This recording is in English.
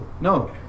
No